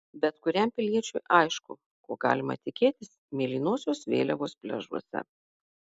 bet kuriam piliečiui aišku ko galima tikėtis mėlynosios vėliavos pliažuose